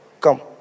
Come